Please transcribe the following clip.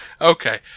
Okay